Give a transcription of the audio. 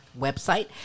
website